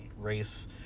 race